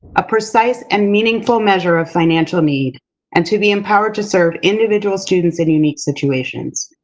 a precise and meaningful measure of financial need and to be empowered to serve individual students in unique situations.